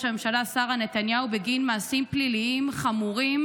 הממשלה שרה נתניהו בגין מעשים פליליים חמורים,